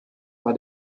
war